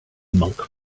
monk